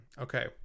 Okay